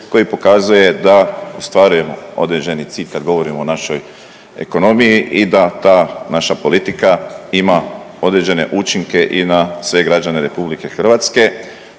koji pokazuje da ostvarujemo određeni cilj kad govorimo o našoj ekonomiji i da ta naša politika ima određene učinke i na sve građane RH. Slušat